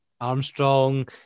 Armstrong